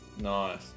Nice